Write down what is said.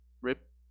Rip